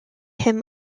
him